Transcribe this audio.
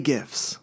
Gifts